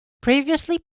previously